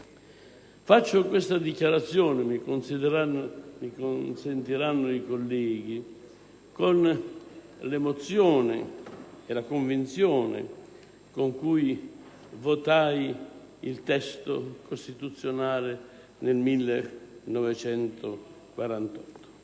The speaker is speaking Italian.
Faccio questa dichiarazione - mi consentiranno i colleghi - con l'emozione e la convinzione con cui votai il testo costituzionale nel 1948.